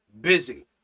busy